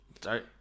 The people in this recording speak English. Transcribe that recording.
sorry